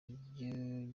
iryo